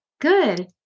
Good